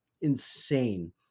insane